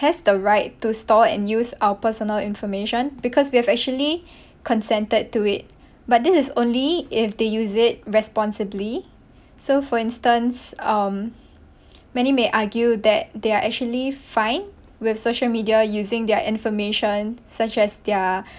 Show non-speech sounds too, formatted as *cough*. has the right to store and use our personal information because we have actually *breath* consented to it but this is only if they use it responsibly so for instance um *breath* many may argue that they are actually fine with social media using their information such as their *breath*